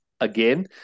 again